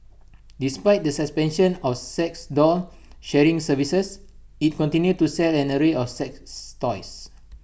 despite the suspension of sex doll sharing services IT continue to sell an array of sex toys